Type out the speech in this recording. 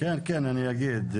אני אגיד.